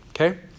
Okay